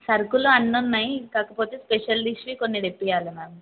సరుకులు అన్నున్నయి కాకపోతే స్పెషల్ డిష్వి కొన్ని తెప్పించాలి మ్యామ్